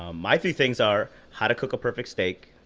um my three things are how to cook a perfect steak,